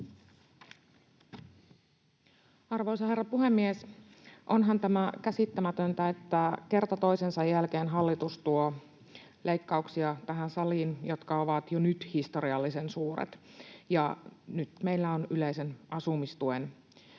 Arvoisa herra puhemies! Onhan tämä käsittämätöntä, että kerta toisensa jälkeen hallitus tuo tähän saliin leikkauksia, jotka ovat jo nyt historiallisen suuret. Nyt meillä ovat yleisen asumistuen ja muuhun